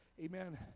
Amen